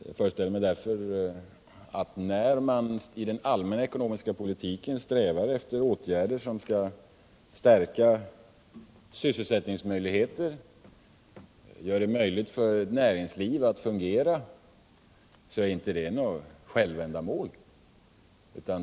Jag föreställer mig därför att när man i den allmänna ekonomiska politiken strävar efter åtgärder som skall stärka sysselsättningsmöjligheterna, göra det möjligt för näringslivet att fungera, så är det inte något självändamål.